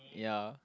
ya